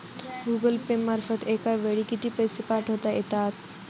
Google Pay मार्फत एका वेळी किती पैसे पाठवता येतात?